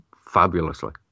fabulously